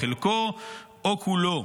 חלקו או כולו.